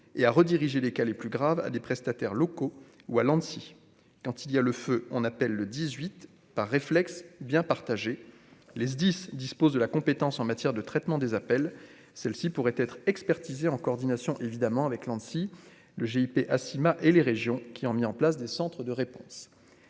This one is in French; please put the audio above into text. et à rediriger les cas les plus graves à des prestataires locaux ou à Lancy quand il y a le feu, on appelle le dix-huit, par réflexe bien partager le S10 dispose de la compétence en matière de traitement des appels, celle-ci pourrait être expertisé en coordination évidemment avec l'si le GIP Acyma et les régions qui ont mis en place des Centres de réponse